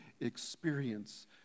experience